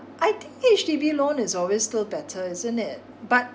I think H_D_B loan is always still betters isn't it but